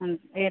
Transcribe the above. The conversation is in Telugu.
ఏ